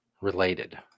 related